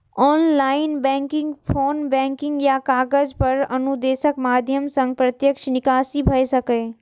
online banking, phone banking या कागज पर अनुदेशक माध्यम सं प्रत्यक्ष निकासी भए सकैए